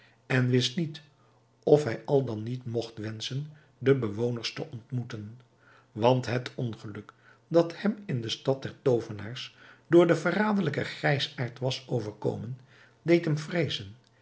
en wist niet of hij al dan niet mogt wenschen de bewoners te ontmoeten want het ongeluk dat hem in de stad der toovenaars door den verraderlijken grijsaard was overkomen deed hem vreezen